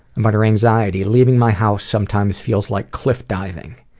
but her anxiety, leaving my house sometimes feels like cliff diving.